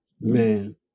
Man